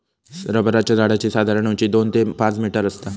रबराच्या झाडाची साधारण उंची दोन ते पाच मीटर आसता